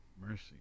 Mercy